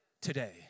today